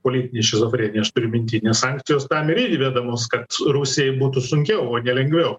politinė šizofrenija aš turiu minty nes sankcijos tam ir įvedamos kad rusijai būtų sunkiau o ne lengviau